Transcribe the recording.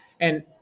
And-